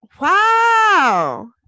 wow